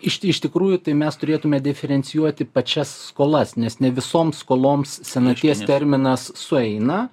iš iš tikrųjų tai mes turėtume diferencijuoti pačias skolas nes ne visoms skoloms senaties terminas sueina